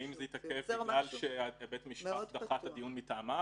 האם זה התעכב מכיוון שבית המשפט דחה את הדיון מטעמיו